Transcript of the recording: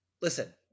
listen